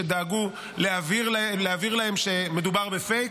שדאגו להבהיר להם שמדובר בפייק,